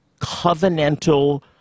covenantal